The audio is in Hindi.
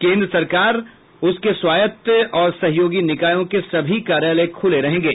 केंद्र सरकार उसके स्वायत्त और सहयोगी निकायों के सभी कार्यालय खुले रहेंगे